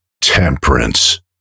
temperance